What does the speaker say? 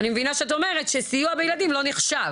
אני מבינה שאת אומרת שסיוע בילדים לא נחשב.